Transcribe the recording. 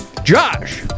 Josh